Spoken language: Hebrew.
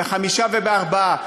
ב-5 וב-4,